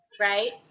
Right